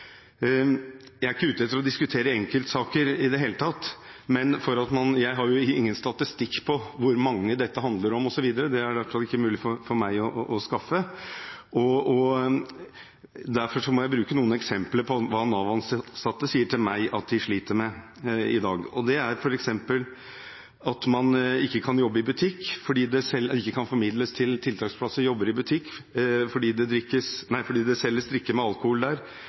Jeg er ikke ute etter å diskutere enkeltsaker i det hele tatt, og jeg har ingen statistikk over hvor mange dette handler om, osv., det er det i hvert fall ikke mulig for meg å skaffe. Derfor må jeg bruke noen eksempler på hva Nav-ansatte sier til meg at de sliter med i dag. Det er f.eks. at det ikke kan formidles tiltaksplasser og jobber i butikk, fordi det selges drikke med alkohol der,